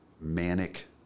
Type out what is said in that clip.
manic